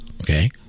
okay